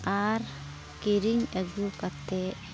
ᱟᱨ ᱠᱤᱨᱤᱧ ᱟᱹᱜᱩ ᱠᱟᱛᱮᱫ